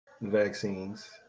vaccines